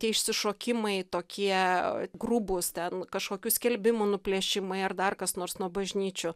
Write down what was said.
tie išsišokimai tokie grubūs ten kažkokių skelbimų nuplėšimai ar dar kas nors nuo bažnyčių